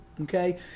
okay